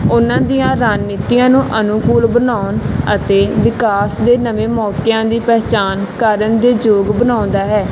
ਉਹਨਾਂ ਦੀਆਂ ਰਣਨੀਤੀਆਂ ਨੂੰ ਅਨੁਕੂਲ ਬਣਾਉਣ ਅਤੇ ਵਿਕਾਸ ਦੇ ਨਵੇਂ ਮੌਕਿਆਂ ਦੀ ਪਹਿਚਾਣ ਕਰਨ ਦੇ ਯੋਗ ਬਣਾਉਂਦਾ ਹੈ